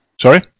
Sorry